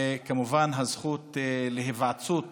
וכמובן הזכות להיוועצות